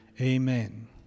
amen